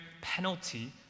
penalty